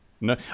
No